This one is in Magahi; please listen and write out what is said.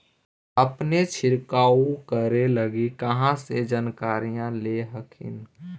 अपने छीरकाऔ करे लगी कहा से जानकारीया ले हखिन?